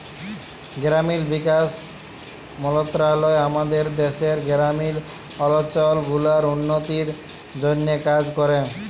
গেরামিল বিকাশ মলত্রলালয় আমাদের দ্যাশের গেরামিল অলচল গুলার উল্ল্য তির জ্যনহে কাজ ক্যরে